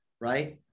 right